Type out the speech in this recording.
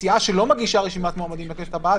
סיעה שלא מגישה רשימת מועמדים לכנסת הבאה,